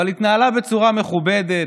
אבל התנהלה בצורה מכובדת,